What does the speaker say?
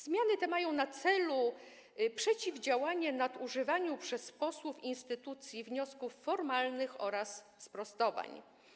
Zmiany te mają na celu przeciwdziałanie nadużywaniu przez posłów instytucji wniosków formalnych oraz sprostowań.